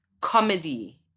comedy